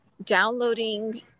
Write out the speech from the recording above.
downloading